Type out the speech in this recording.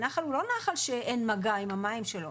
הנחל הוא לא נחל שאין מגע עם המים שלו,